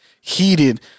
heated